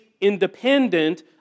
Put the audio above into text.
independent